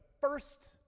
first